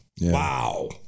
Wow